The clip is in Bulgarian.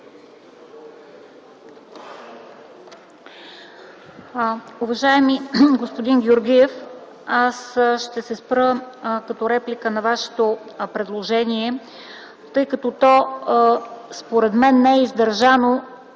Уважаеми господин Георгиев, аз ще се спра като реплика на Вашето предложение, тъй като според мен то технически не